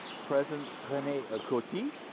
president rene ah coty,